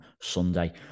Sunday